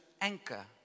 anchor